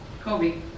Kobe